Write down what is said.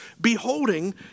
beholding